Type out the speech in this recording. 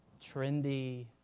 trendy